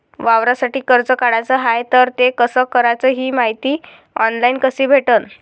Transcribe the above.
वावरासाठी कर्ज काढाचं हाय तर ते कस कराच ही मायती ऑनलाईन कसी भेटन?